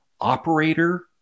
operator